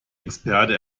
experte